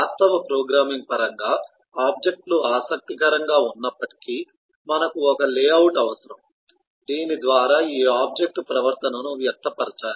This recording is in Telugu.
వాస్తవ ప్రోగ్రామింగ్ పరంగా ఆబ్జెక్ట్ లు ఆసక్తికరంగా ఉన్నప్పటికీ మనకు ఒక లేఅవుట్ అవసరం దీని ద్వారా ఈ ఆబ్జెక్ట్ ప్రవర్తనను వ్యక్తపరచాలి